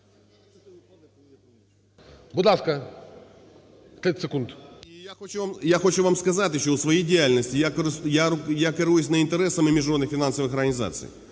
Я хочу вам сказати, що у своїй діяльності я керуюсь не інтересами міжнародних фінансових організацій,